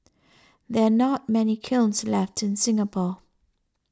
there are not many kilns left in Singapore